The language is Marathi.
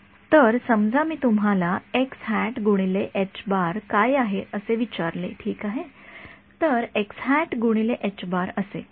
तर समजा मी तुम्हाला काय आहे असे विचारले ठीक आहे तर असेल